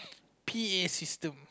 P_A system